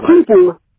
people